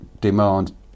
demand